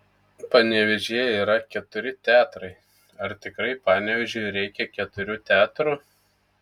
panevėžyje yra keturi teatrai ar tikrai panevėžiui reikia keturių teatrų